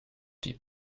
die